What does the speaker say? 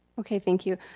okay, thank you.